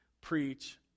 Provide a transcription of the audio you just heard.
preach